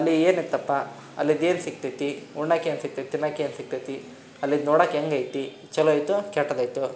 ಅಲ್ಲಿ ಏನಿತ್ತಪ್ಪ ಅಲ್ಲಿದೇನು ಸಿಕ್ತದೆ ಉಣ್ಣಾಕೇನು ಸಿಕ್ತದೆ ತಿನ್ನೋಕೇನ್ ಸಿಕ್ತದೆ ಅಲ್ಲಿದು ನೋಡೋಕ್ ಹೇಗೈತಿ ಛಲೋ ಐತೋ ಕೆಟ್ಟದ್ದು ಐತೋ